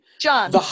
John